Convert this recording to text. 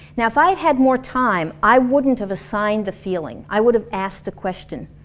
now if i'd had more time, i wouldn't have assigned the feeling, i would've asked the question.